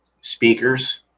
speakers